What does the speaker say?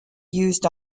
used